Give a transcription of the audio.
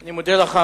אני מודה לך.